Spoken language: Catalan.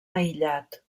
aïllat